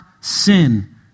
sin